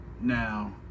Now